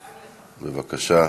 בבקשה.